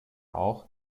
auch